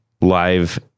live